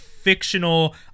fictional